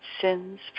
sins